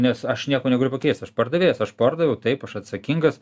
nes aš nieko negaliu pakeist aš pardavėjas aš pardaviau taip aš atsakingas